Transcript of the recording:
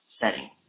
setting